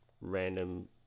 random